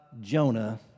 Jonah